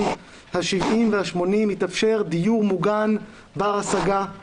ה-70 וה-80 יתאפשר דיור מוגן בר השגה,